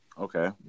Okay